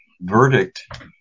verdict